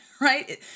Right